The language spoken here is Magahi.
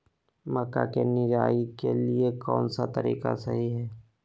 मक्का के निराई के लिए कौन सा तरीका सही है?